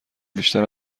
بیشتر